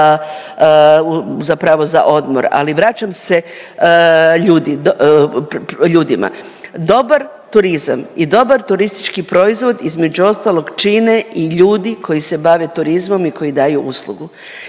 zapravo za odmor, ali vraćam se ljudi, ljudima. Dobar turizam i dobar turistički proizvoda, između ostalog, čine i ljudi koji se bave turizmom i koji daju uslugu.